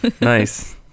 Nice